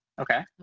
Okay